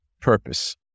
Purpose